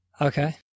Okay